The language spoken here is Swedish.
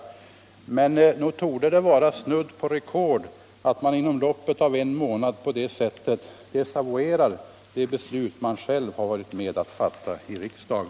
Men nog torde det vara snudd på rekord att man inom loppet av en månad på det sättet desavouerar det beslut man själv har varit med om att fatta i riksdagen.